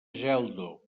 geldo